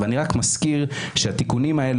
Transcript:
ואני רק מזכיר שהתיקונים האלה,